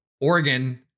Oregon